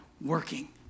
working